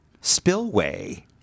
spillway